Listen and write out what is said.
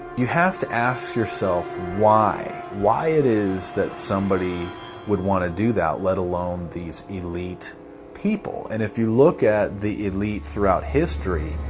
you have to ask yourself why, why it is that somebody would want to do that, let alone these elite people? and if you look at the elite throughout history,